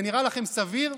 זה נראה לכם סביר?